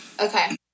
okay